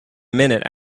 minute